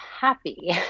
happy